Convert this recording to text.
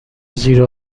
زیر